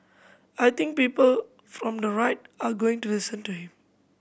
I think people from the right are going to listen to him